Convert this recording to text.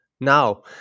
now